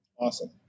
Awesome